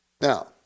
Now